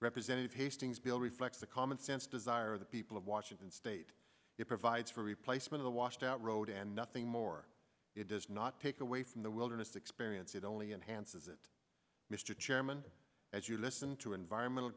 representative hastings bill reflects the commonsense desire of the people of washington state it provides for replacement the washed out road and nothing more it does not take away from the wilderness experience it only enhances it mr chairman as you listen to environmental